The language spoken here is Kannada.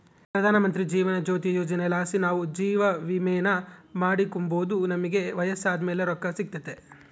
ಪ್ರಧಾನಮಂತ್ರಿ ಜೀವನ ಜ್ಯೋತಿ ಯೋಜನೆಲಾಸಿ ನಾವು ಜೀವವಿಮೇನ ಮಾಡಿಕೆಂಬೋದು ನಮಿಗೆ ವಯಸ್ಸಾದ್ ಮೇಲೆ ರೊಕ್ಕ ಸಿಗ್ತತೆ